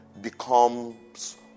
becomes